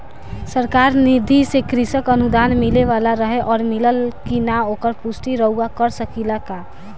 सरकार निधि से कृषक अनुदान मिले वाला रहे और मिलल कि ना ओकर पुष्टि रउवा कर सकी ला का?